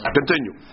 continue